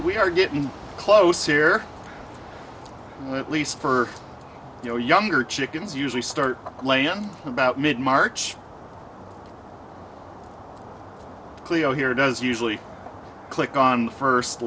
we are getting close here at least for you know younger chickens usually start laying about mid march cleo here does usually click on first